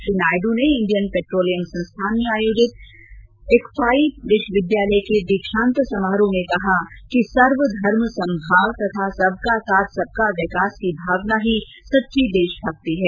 श्री नायडू ने Indian petroleum संस्थान में आयोजित इक्फाई विश्वविद्यालय के दीक्षांत समारोह को संबोधित करते हुए आज कहा कि सर्वधर्म समभाव तथा सबका साथ सबका विकास की भावना ही सच्ची देशभक्ति है